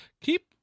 keep